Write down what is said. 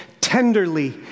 tenderly